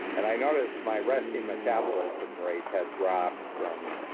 and i noticed my resting metabolism rate had dropped from.